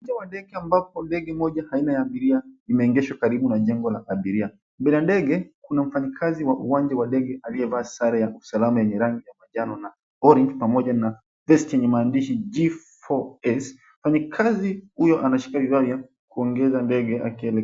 Uwanja wa ndege ambapo ndege moja aina ya abiria imeegeshwa karibu na jengo la abiria. Mbele ya ndege kuna mfanyikazi wa uwanja wa ndege aliyevaa sare ya usalama yenye rangi ya manjano na orange pamoja na vesti yenye maandishi G4S. Mfanyikazi huyo anashika bidhaa ya kuongeza ndege akielekea.